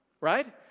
right